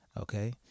okay